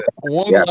One